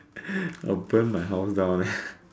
I'll burn my house down